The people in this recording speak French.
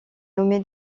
nommé